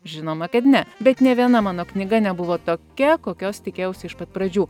žinoma kad ne bet nė viena mano knyga nebuvo tokia kokios tikėjausi iš pat pradžių